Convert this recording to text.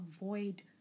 avoid